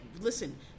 listen